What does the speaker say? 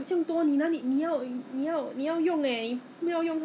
from my old car cannot fit into the new car the you know the the hook